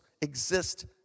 exist